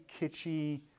kitschy